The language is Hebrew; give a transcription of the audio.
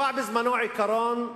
בזמנו נקבע עיקרון,